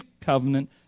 Covenant